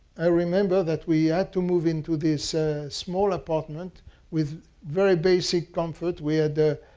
i remember that we had to move into this small apartment with very basic comforts. we had